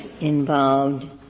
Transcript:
involved —